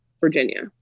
Virginia